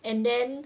and then